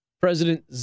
President